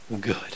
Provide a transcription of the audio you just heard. good